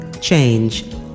change